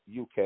UK